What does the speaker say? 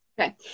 Okay